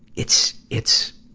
it's, it's,